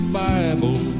bible